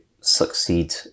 succeed